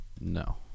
no